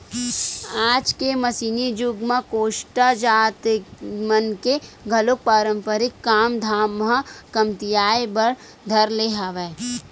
आज के मसीनी जुग म कोस्टा जात मन के घलो पारंपरिक काम धाम ह कमतियाये बर धर ले हवय